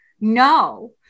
No